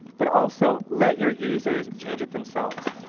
but also, let your users change it themselves.